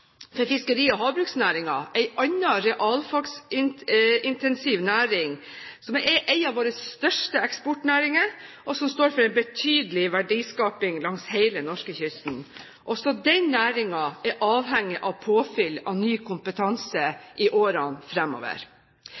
for fiskeri- og havbruksnæringen, en annen realfagintensiv næring, som er en av våre største eksportnæringer, og som står for en betydelig verdiskaping langs hele norskekysten. Også den næringen er avhengig av påfyll av ny kompetanse i årene